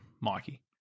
Mikey